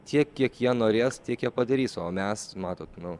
tiek kiek jie norės tiek jie padarys o mes matot nu